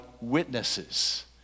witnesses